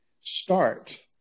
start